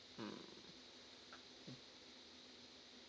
mm mm